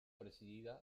presidida